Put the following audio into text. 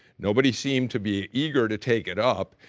nobody seemed to be eager to take it up.